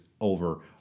over